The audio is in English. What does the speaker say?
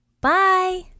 Bye